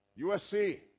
usc